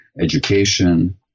education